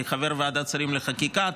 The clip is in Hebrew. כחבר ועדת שרים לחקיקה,